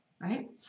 Right